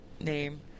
name